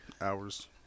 Hours